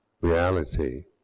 reality